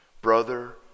Brother